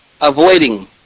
avoiding